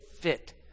fit